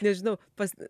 nežinau pas